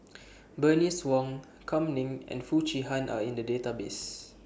Bernice Wong Kam Ning and Foo Chee Han Are in The Database